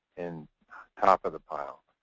and top of the pile.